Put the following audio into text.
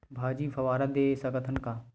भाजी फवारा पानी दे सकथन का?